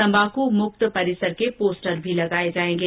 तंबाकू मुक्त परिसर के पोस्टर भी लगाये जायेंगे